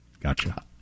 Gotcha